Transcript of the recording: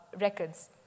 records